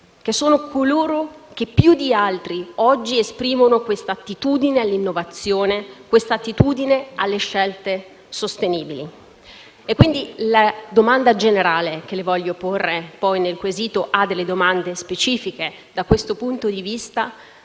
che sono coloro che, più di altri, oggi esprimono questa attitudine all'innovazione e alle scelte sostenibili. La domanda generale che, quindi, le voglio porre - nel quesito ha delle domande specifiche da questo punto di vista